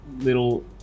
little